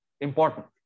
important